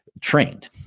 trained